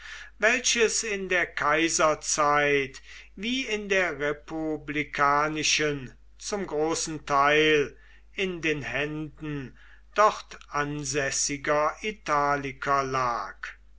welches in der kaiserzeit wie in der republikanischen zum großen teil in den händen dort ansässiger italiker lag